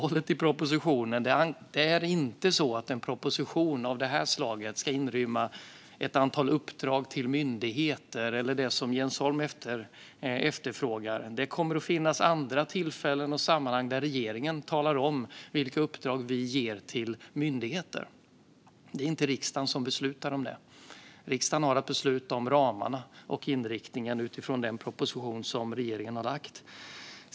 Återigen: En proposition av det här slaget ska inte inrymma ett antal uppdrag till myndigheter eller det som Jens Holm efterfrågar, utan det kommer att finnas andra tillfällen och sammanhang där regeringen talar om vilka uppdrag vi ger till myndigheter. Det är inte riksdagen som beslutar om det. Riksdagen har att besluta om ramarna och inriktningen utifrån den proposition som regeringen har lagt.